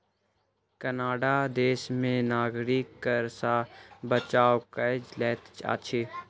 Canada देश में नागरिक कर सॅ बचाव कय लैत अछि